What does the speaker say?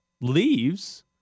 leaves